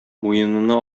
муенына